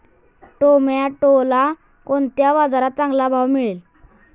टोमॅटोला कोणत्या बाजारात चांगला भाव मिळेल?